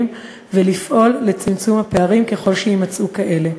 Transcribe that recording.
ולפעול לצמצום הפערים ככל שיימצאו כאלה.